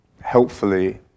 helpfully